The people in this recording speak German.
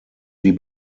die